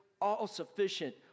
all-sufficient